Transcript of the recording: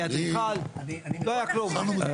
אדריכל, לא היה כלום.